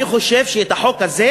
אני חושב שהחוק הזה,